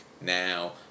now